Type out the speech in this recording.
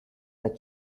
that